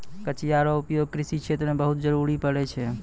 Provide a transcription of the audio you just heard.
कचिया रो उपयोग कृषि क्षेत्र मे बहुत जरुरी पड़ै छै